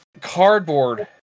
cardboard